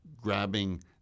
grabbing